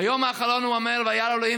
ביום האחרון הוא אומר: "וירא אלהים,